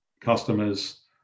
customers